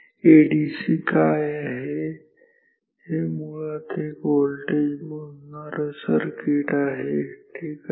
ADC काय आहे हे मुळात एक व्होल्टेज मोजणारं सर्किट आहे ठीक आहे